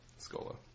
Scola